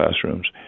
classrooms